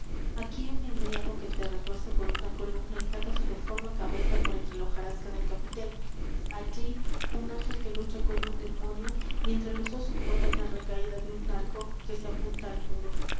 aquí un endriago que se retuerce por una columna y saca su deforme cabeza por entre la hojarasca del capitel allí un ángel que lucha con un demonio y entre los dos soportan la recaída de un arco que se apunta al muro